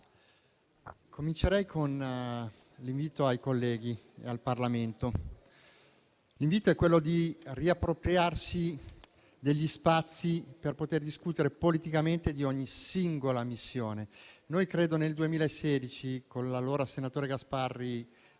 mio intervento con un invito ai colleghi e al Parlamento. L'invito è quello di riappropriarsi degli spazi per poter discutere politicamente di ogni singola missione. Nel 2016, con il senatore Gasparri